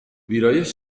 ویرایش